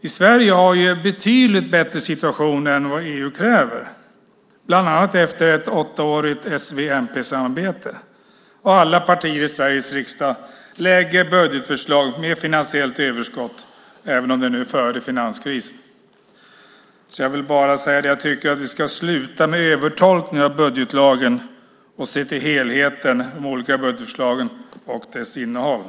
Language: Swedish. I Sverige har vi en betydligt bättre situation än vad EU kräver, bland annat efter ett åttaårigt s-, v och mp-samarbete. Och alla partier i Sveriges riksdag lägger fram budgetförslag med finansiellt överskott, även om det är före finanskrisen. Jag vill bara säga att jag tycker att vi ska sluta med övertolkning av budgetlagen och se till helheten i de olika budgetförslagen och deras innehåll.